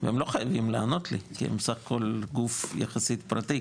והם לא חייבים לי כי הם בסך הכול גוף יחסית פרטי,